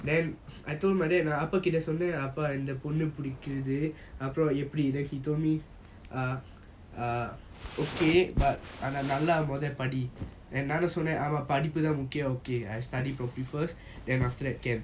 then I told my dad நான் அப்பா கிட்ட சொன்னான் அப்பா இந்த பொண்ணு பிடிக்கிது அப்போ எப்பிடி:naan appa kita sonnan appa intha ponnu pidikithu apo epidi then he told me uh okay but ஆனா நல்ல மோதலை படி நானும் சொன்னான் ஆமா படிப்பு தான் முக்கியம்:aana nalla mothala padi naanum sonnan ama padipu thaan mukkiyam okay okay I study properly first then after that can ya